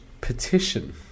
petition